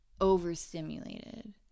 overstimulated